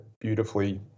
beautifully